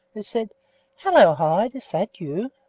who said hello, hyde! is that you?